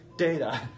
data